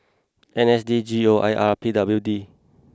N S D G O I R P W D